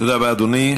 תודה רבה, אדוני.